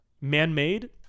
man-made